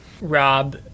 rob